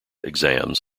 exams